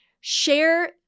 Share